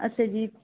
ਅੱਛਾ ਜੀ